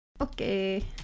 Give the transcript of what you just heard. okay